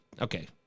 Okay